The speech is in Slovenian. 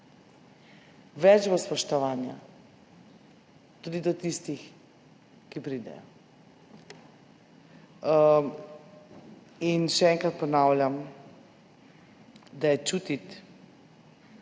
več bo spoštovanja, tudi do tistih, ki pridejo. Še enkrat ponavljam, da je čutiti,